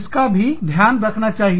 इसका भी रखना चाहिए